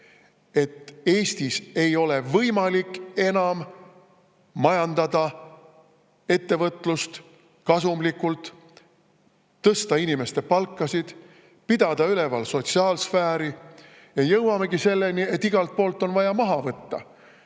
et Eestis ei ole enam võimalik majandada ettevõtlust kasumlikult, tõsta inimeste palkasid, pidada üleval sotsiaalsfääri. Ja jõuamegi selleni, et igalt poolt on vaja maha võtta: